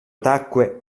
tacque